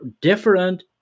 different